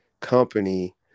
company